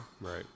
Right